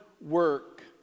work